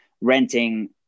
renting